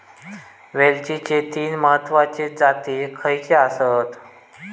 वेलचीचे तीन महत्वाचे जाती खयचे आसत?